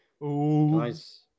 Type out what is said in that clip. Nice